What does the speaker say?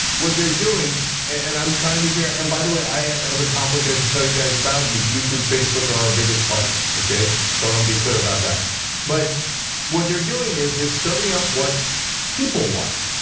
what they're doing and i'm trying to be fair. and by the way i have a conflict i should tell you guys about, youtube, facebook are our biggest partners, okay? so i wanna be clear about that but what they're doing is they're serving out what people want.